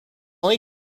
only